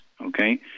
okay